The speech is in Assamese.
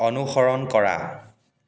অনুসৰণ কৰা